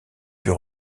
plus